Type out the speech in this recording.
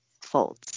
folds